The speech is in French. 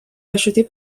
racheté